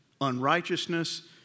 unrighteousness